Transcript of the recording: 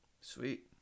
Sweet